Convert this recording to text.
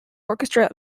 orchestra